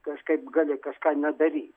kažkaip gali kažką nedaryt